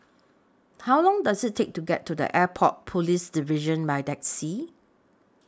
How Long Does IT Take to get to The Airport Police Division By Taxi